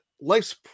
life's